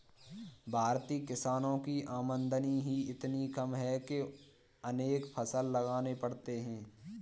भारतीय किसानों की आमदनी ही इतनी कम है कि अनेक फसल लगाने पड़ते हैं